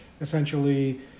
essentially